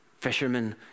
fishermen